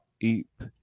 eep